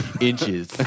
Inches